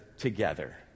together